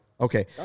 Okay